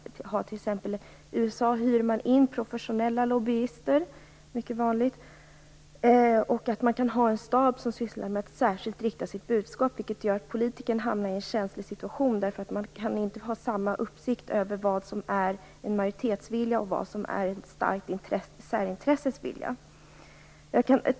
I USA t.ex. hyr man in professionella lobbyister, vilket är mycket vanligt. Man kan ha en stab som särskilt sysslar med att rikta sitt budskap. Det gör att politikern hamnar i en känslig situation eftersom det är omöjligt att ha uppsikt över vad som är en majoritetsvilja och vad som är ett starkt särintresses vilja.